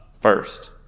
first